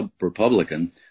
Republican